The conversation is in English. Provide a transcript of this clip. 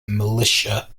militia